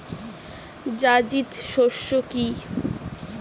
জায়িদ শস্য কি?